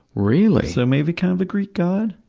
really! so maybe kind of a greek god?